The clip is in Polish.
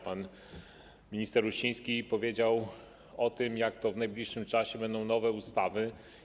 Pan minister Uściński powiedział o tym, że w najbliższym czasie będą nowe ustawy.